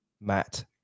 Matt